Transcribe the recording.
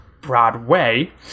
Broadway